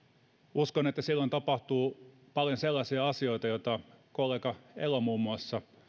uskon että silloin tapahtuu paljon sellaisia asioita joita muun muassa kollega elo